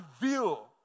reveal